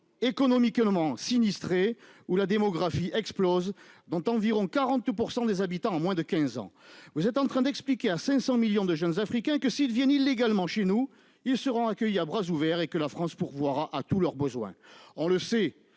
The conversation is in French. économiquement sinistrées, où la démographie explose, dont environ 40 % des habitants en moins de 15 ans, vous êtes en train d'expliquer à 500 millions de jeunes Africains que s'ils viennent illégalement chez nous, ils seront accueillis à bras ouverts et que la France pourvoira à tous leurs besoins, on le sait,